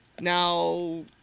Now